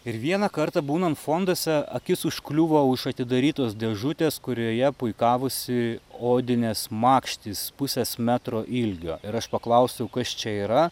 ir vieną kartą būnant fonduose akis užkliuvo už atidarytos dėžutės kurioje puikavosi odinės makštys pusės metro ilgio ir aš paklausiau kas čia yra